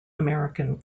american